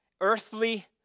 earthly